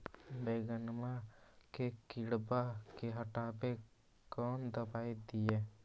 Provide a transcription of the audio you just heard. बैगनमा के किड़बा के हटाबे कौन दवाई दीए?